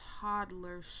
toddler